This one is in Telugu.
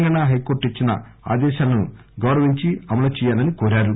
తెలంగాణా హైకోర్టు ఇచ్చిన ఆదేశాలను గౌరవించి అమలు చేయాలని కోరారు